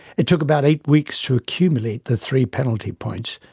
it took about eight weeks to accumulate the three penalty points,